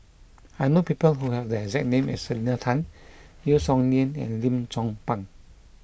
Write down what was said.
I know people who have the exact name as Selena Tan Yeo Song Nian and Lim Chong Pang